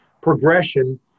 progression